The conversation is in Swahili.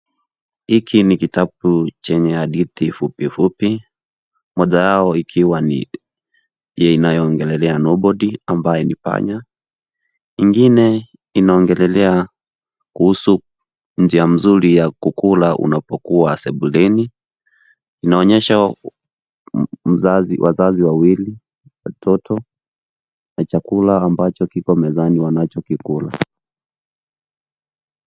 Hiki ni kitabu chenye hadithi fupi fupi moja yao ikiwa ni yenye inayoongelea nobody ambaye ni panya nyingine inaongelelea kuhusu njia mzuri ya kukula unapokuwa sebuleni inaonyesha mzazi, wazazi wawili, watoto na chakula ambacho kipo mezani wanachokikula.